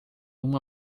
uma